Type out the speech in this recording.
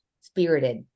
spirited